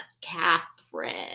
Catherine